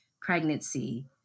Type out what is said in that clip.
pregnancy